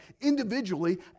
individually